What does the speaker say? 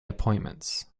appointments